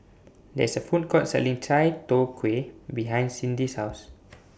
There IS A Food Court Selling Chai Tow Kuay behind Cydney's House